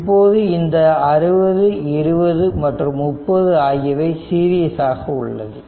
இப்போது இந்த 60 20 மற்றும் 30 ஆகியவை சீரிஸாக உள்ளது